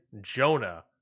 Jonah